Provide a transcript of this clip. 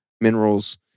minerals